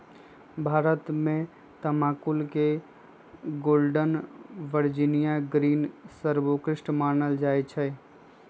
भारत में तमाकुल के गोल्डन वर्जिनियां ग्रीन सर्वोत्कृष्ट मानल जाइ छइ